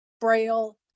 braille